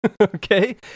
Okay